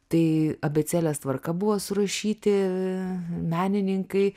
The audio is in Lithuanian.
tai abėcėlės tvarka buvo surašyti menininkai